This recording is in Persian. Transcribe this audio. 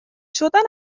شدن